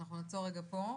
אנחנו נעצר רגע פה.